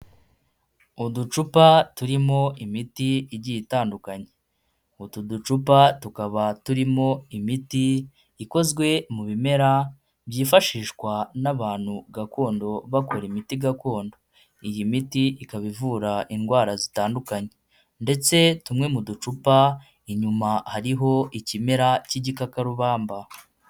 Uducupa turimo imiti igiye itandukanye utu ducupa tukaba turimo imiti ikozwe mu bimera byifashishwa n'abantu gakondo bakora imiti gakondo, iyi miti ikaba ivura indwara zitandukanye ndetse tumwe mu ducupa inyuma hariho ikimera cy'igikakarubamba.